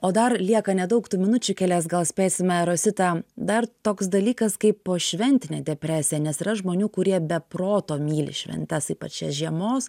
o dar lieka nedaug tų minučių kelias gal spėsime rosita dar toks dalykas kaip pošventinė depresija nes yra žmonių kurie be proto myli šventes ypač šias žiemos